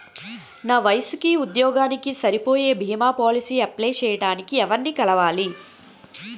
నా వయసుకి, ఉద్యోగానికి సరిపోయే భీమా పోలసీ అప్లయ్ చేయటానికి ఎవరిని కలవాలి?